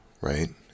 right